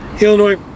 Illinois